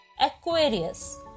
Aquarius